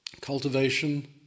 cultivation